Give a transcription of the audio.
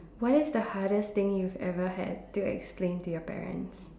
what is the hardest thing you've ever had to explain to your parents